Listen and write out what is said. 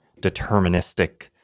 deterministic